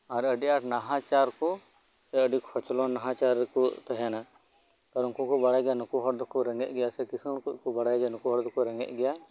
ᱟᱨ ᱟᱰᱤ ᱟᱸᱴ ᱱᱟᱦᱟᱪᱟᱨ ᱠᱚ ᱥᱮ ᱟᱰᱤ ᱠᱚᱪᱞᱚᱱ ᱱᱟᱦᱟᱪᱟᱨ ᱨᱮᱠᱚ ᱛᱟᱦᱮᱸᱱᱟ ᱠᱟᱨᱚᱱ ᱩᱝᱠᱩ ᱠᱚ ᱵᱟᱲᱟᱭ ᱜᱮᱭᱟ ᱱᱩᱠᱩ ᱦᱚᱲ ᱫᱚ ᱠᱚ ᱨᱮᱸᱜᱮᱡ ᱜᱮᱭᱟ ᱥᱮ ᱠᱤᱸᱥᱟᱹᱲ ᱠᱚᱦᱚᱸ ᱠᱚ ᱵᱟᱲᱟᱭ ᱜᱮᱭᱟ ᱱᱩᱠᱩ ᱦᱚᱲ ᱫᱚᱠᱚ ᱨᱮᱸᱜᱮᱡ ᱜᱮᱭᱟ